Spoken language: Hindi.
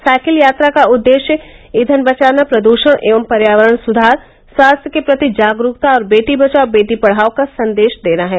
साइकिल यात्रा का उद्देश्य ईधन बचाना प्रदूषण एवं पर्यावरण सुधार स्वास्थ्य के प्रति जागरूकता और वेटी बचाओ बेटी पढ़ाओ का संदेश देना है